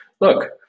look